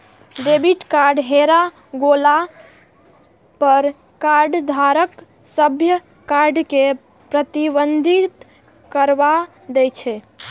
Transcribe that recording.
debit card हेरा गेला पर कार्डधारक स्वयं कार्ड कें प्रतिबंधित करबा दै छै